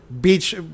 beach